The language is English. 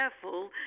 careful